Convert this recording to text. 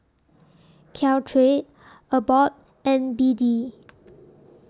Caltrate Abbott and B D